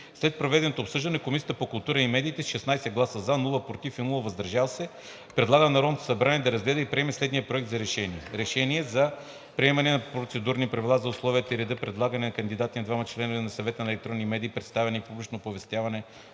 След проведеното обсъждане Комисията по културата и медиите с 16 гласа „за“, без „против“ и „въздържал се“ предлага на Народното събрание да разгледа и приеме следния проект на решение: „Проект! РЕШЕНИЕ за приемане на процедурни правила за условията и реда за предлагане на кандидати за двама членове на Съвета за електронни медии, представяне и публично оповестяване